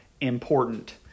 important